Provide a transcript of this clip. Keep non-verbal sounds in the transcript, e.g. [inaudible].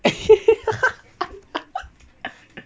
[laughs]